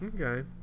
Okay